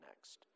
next